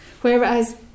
whereas